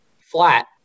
flat